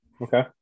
Okay